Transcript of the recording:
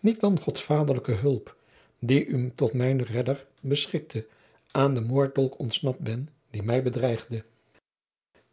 niet dan door gods vaderlijke hulp die u tot mijnen redder beschikte aan den moorddolk ontsnapt ben die mij dreigde